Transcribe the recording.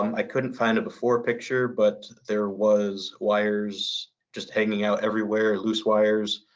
i couldn't find a before picture, but there was wires just hanging out everywhere, loose wires.